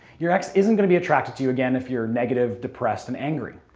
your ex isn't going to be attracted to you again if you're negative, depressed, and angry.